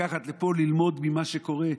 את זה אתם רוצים לקחת לפה, ללמוד ממה שקורה?